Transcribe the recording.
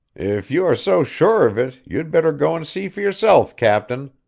if you are so sure of it, you'd better go and see for yourself, captain,